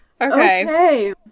okay